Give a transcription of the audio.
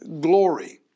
glory